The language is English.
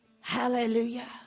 Hallelujah